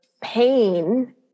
pain